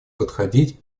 подходить